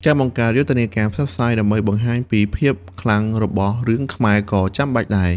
ការបង្កើតយុទ្ធនាការផ្សព្វផ្សាយដើម្បីបង្ហាញពីភាពខ្លាំងរបស់រឿងខ្មែរក៏ចាំបាច់ដែរ។